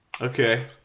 Okay